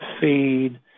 feed